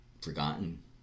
forgotten